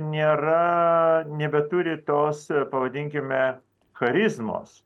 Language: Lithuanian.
nėra nebeturi tos pavadinkime charizmos